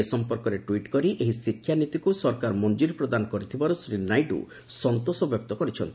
ଏ ସମ୍ପର୍କରେ ଟ୍ୱିଟ୍ କରି ଏହି ଶିକ୍ଷାନୀତିକୁ ସରକାର ମଞ୍ଜୁରି ପ୍ରଦାନ କରିଥିବାରୁ ଶ୍ରୀ ନାଇଡୁ ସନ୍ତୋଷ ବ୍ୟକ୍ତ କରିଛନ୍ତି